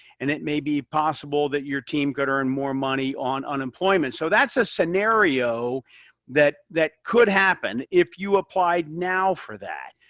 and it may be possible that your team could earn more money on unemployment. so that's a scenario that that could happen if you applied now for that.